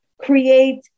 create